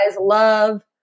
love